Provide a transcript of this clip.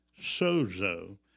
sozo